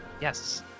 Yes